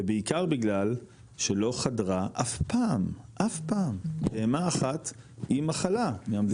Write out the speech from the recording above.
ובעיקר בגלל שלא חדרה אף פעם אף פעם בהמה אחת עם מחלה מהמדינות האלה.